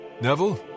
Neville